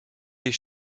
des